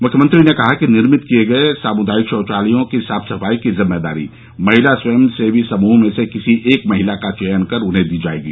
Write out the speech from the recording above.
मुख्यमंत्री ने कहा कि निर्मित किये गये सामुदायिक शौचालयों की साफ सफाई की जिम्मेदारी महिला स्वयं सेवी समूह में से किसी एक महिला का चयन कर उन्हें दी जायेगी